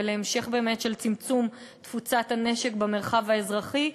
ולהמשך באמת של צמצום תפוצת הנשק במרחב האזרחי.